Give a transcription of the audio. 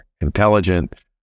intelligent